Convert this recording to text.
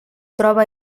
trobe